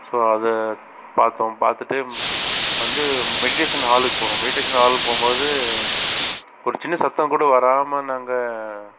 so அதை பார்த்தோம் பார்த்துட்டு வந்து மெடிடேஷன் ஹாலுக்கு போனோம் மெடிடேஷன் ஹாலுக்கு போகும்போது ஒரு சின்ன சத்தம் கூட வராமல் நாங்கள்